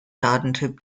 datentyp